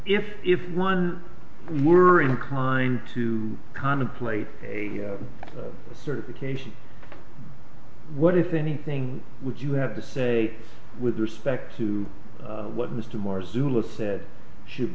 if if one were inclined to contemplate a certification what if anything would you have to say with respect to what mr marzullo said should